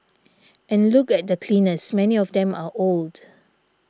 and look at the cleaners many of them are old